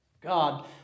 God